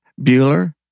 Bueller